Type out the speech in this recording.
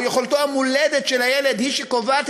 או יכולתו המולדת של הילד היא שקובעת